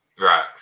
Right